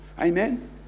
Amen